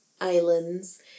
Islands